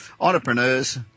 entrepreneurs